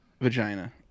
vagina